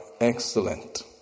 Excellent